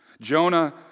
Jonah